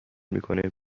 میکنه